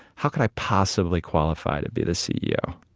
how could i possibly qualify to be the ceo?